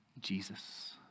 Jesus